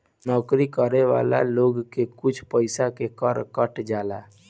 नौकरी करे वाला लोग के कुछ पइसा के कर कट जाला